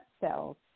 cells